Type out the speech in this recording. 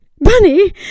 Bunny